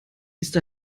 ist